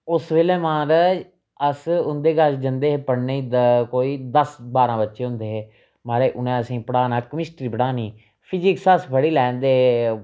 उस बेल्लै महाराज अस उं'दे कश जंदे हे पढ़ने गी कोई दस बारां बच्चे होंदे हे महाराज उ'नें असेंगी पढ़ाना कमिस्ट्री पढ़ानी फजिक्स अस पढ़ी लैंदे हे